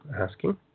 asking